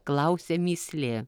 klausia mįslė